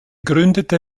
gründete